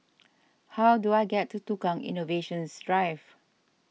how do I get to Tukang Innovation Drive